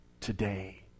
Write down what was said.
today